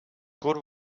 good